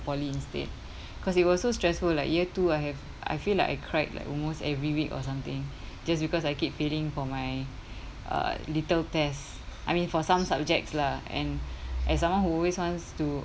poly instead cause it was so stressful like year two I have I feel like I cried like almost every week or something just because I keep failing for my uh little test I mean for some subjects lah and as someone who always wants to